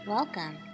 Welcome